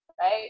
right